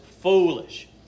foolish